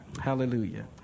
Hallelujah